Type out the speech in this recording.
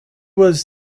was